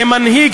כמנהיג,